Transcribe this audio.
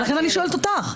לכן אני שואלת אותך.